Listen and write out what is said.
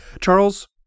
Charles